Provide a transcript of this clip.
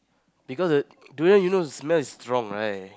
because err durian you know the smell is strong right